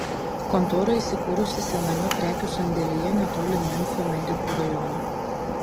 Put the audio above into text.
kontora įsikūrusi sename prekių sandėlyje netoli memfio medikų rajono